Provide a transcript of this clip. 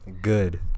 Good